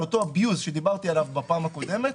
לאותו abuse שדיברתי עליו בפעם הקודמת,